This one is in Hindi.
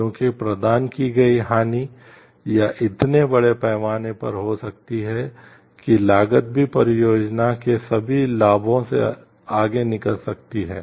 क्योंकि प्रदान की गई हानि या इतने बड़े पैमाने पर हो सकती है कि लागत भी परियोजना के सभी लाभों से आगे निकल सकती है